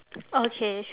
okay